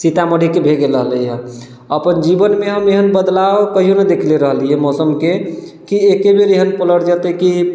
सीतामढ़ीके भए गेल रहलैए अपन जीवनमे हम एहन बदलाव कहिओ नहि देखले रहली मौसमके कि एके बेर एहन पलट जेतै की